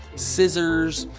scissors.